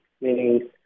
meaning